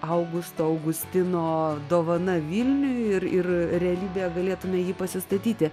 augusto augustino dovana vilniui ir ir realybėje galėtumėme jį pasistatyti